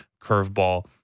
curveball